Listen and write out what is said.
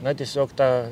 na tiesiog tą